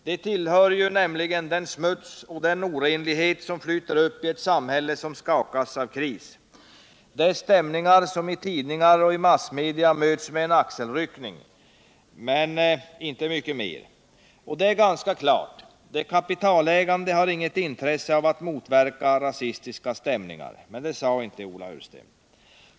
Det tillhör nämligen den smuts och orenlighet som flyter upp i ett samhälle som skakas av kris. Det är stämningar som i tidningar och massmedia möts med en axelryckning men inte mycket mer. De kapitalägande har givetvis inget intresse av att motverka rasistiska stämningar, men det sade inte Ola Ullsten.